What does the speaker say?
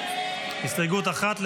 הסתייגות 1,